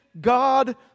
God